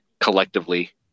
collectively